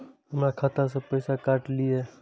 हमर खाता से पैसा काट लिए?